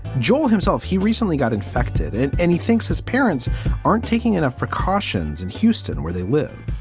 joel himself, he recently got infected and any thinks his parents aren't taking enough precautions in houston where they live